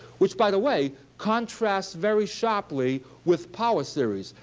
which by the way contrasts very sharply with power series.